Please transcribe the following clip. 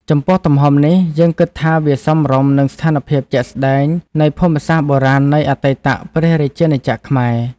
ចំពោះទំហំនេះ យើងគិតថាវាសមរម្យនឹងស្ថាន ភាពជាក់ស្តែង នៃភូមិសាស្ត្របុរាណនៃអតីតព្រះរាជាណាចក្រខ្មែរ។